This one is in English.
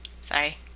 Sorry